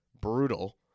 brutal